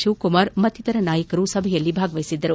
ಶಿವಕುಮಾರ್ ಮತ್ತಿತರ ನಾಯಕರು ಸಭೆಯಲ್ಲಿ ಭಾಗವಹಿಸಿದ್ದರು